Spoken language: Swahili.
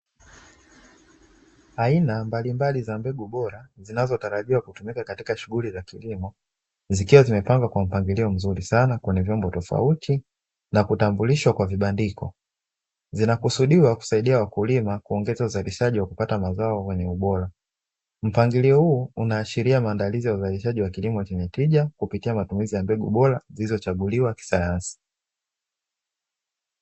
Aina mbalimbali za mbegu bora zinazotarajiwa kutumika katika shughuli za kilimo, zikiwa zimepangwa kwa mpangilio mzuri sana kwenye vyombo tofauti na kutambulishwa kwa vibandiko. Zinakusudiwa kuwasaidia wakulima kuongeza uzalishaji wa kupata mazao yenye ubora. Mpangilio huu unaashiria maandalizi ya kilimo chenye tija, kupitia matumizi ya mbegu bora zilizochaguliwa kisayansi.